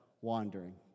wandering